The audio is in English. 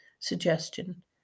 suggestion